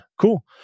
cool